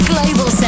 Global